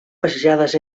passejades